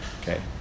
Okay